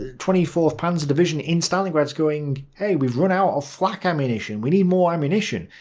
twenty fourth panzer division in stalingrad is going, hey, we've run out of flak ammunition. we need more ammunition.